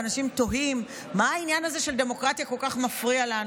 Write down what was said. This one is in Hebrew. ואנשים תוהים מה העניין הזה של דמוקרטיה כל כך מפריע לנו,